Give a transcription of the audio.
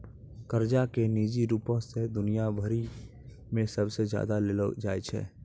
कर्जा के निजी रूपो से दुनिया भरि मे सबसे ज्यादा लेलो जाय छै